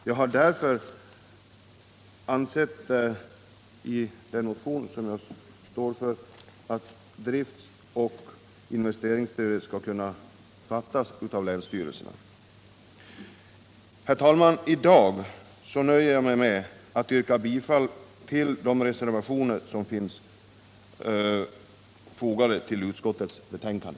Jag har därför ansett, i den motion som jag m.fl. står för, att beslut om driftsoch investeringsstöd skall kunna fattas av länsstyrelserna. Herr talman! I dag nöjer jag mig med att yrka bifall till de reservationer som finns fogade till utskottets betänkande.